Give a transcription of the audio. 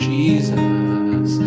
Jesus